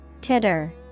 Titter